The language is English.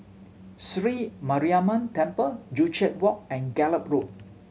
Sri Mariamman Temple Joo Chiat Walk and Gallop Road